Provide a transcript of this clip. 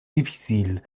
difficile